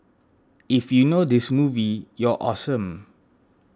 if you know this movie you're awesome